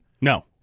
No